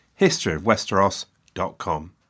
historyofwesteros.com